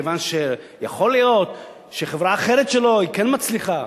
כיוון שיכול להיות שחברה אחרת שלו היא כן מצליחה.